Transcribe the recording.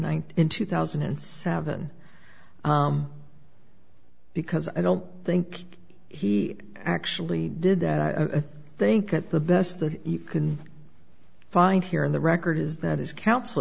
thousand two thousand and seven because i don't think he actually did that i think that the best that you can find here in the record is that his counsel